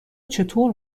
چطور